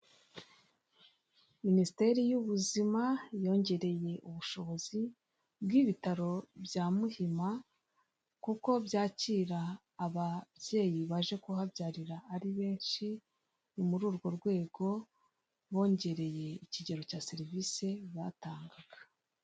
Minisiteri y'ubuzima yongereye ubushobozi bw'ibitaro bya Muhima, kuko byakira ababyeyi baje kuhabyarira ari benshi, ni muri urwo rwego bongereye ikigero cya serivise batangaga.